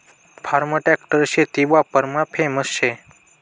form tractor शेती वापरमा famous शे